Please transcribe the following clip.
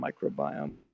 microbiome